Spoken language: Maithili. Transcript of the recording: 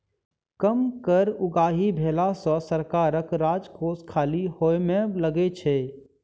कम कर उगाही भेला सॅ सरकारक राजकोष खाली होमय लगै छै